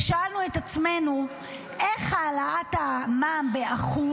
ושאלנו את עצמנו איך העלאת המע"מ ב-1%